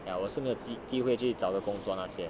ya 我也是没机机会去个工作那些